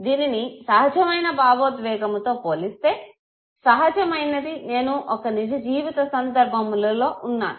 దీనిని సహజమైన భావోద్వేగముతో పోలిస్తే సహజమైనది నేను ఒక నిజ జీవిత సందర్భములో ఉన్నాను